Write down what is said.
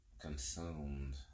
consumed